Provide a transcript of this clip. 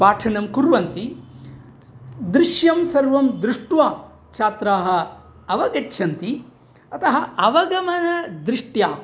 पाठनं कुर्वन्ति दृश्यं सर्वं दृष्ट्वा छात्राः अवगच्छन्ति अतः अवगमन दृष्ट्या